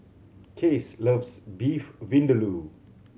Case loves Beef Vindaloo